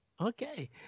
Okay